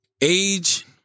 Age